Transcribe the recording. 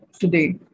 today